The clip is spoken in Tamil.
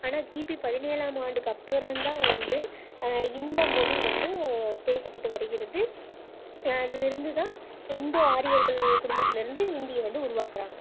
ஆனால் கிபி பதினேழாம் ஆண்டுக்கப்பறந்தான் வந்து இந்த மொழி வந்து பேசப்பட்டு வருகிறது அதுலேருந்து தான் இந்தோ ஆரியர்கள் குடும்பத்துலேருந்து இந்திய வந்து உருவாக்குறாங்க